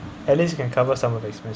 at least can cover some of the